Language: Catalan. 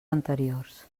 anteriors